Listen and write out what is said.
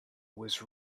was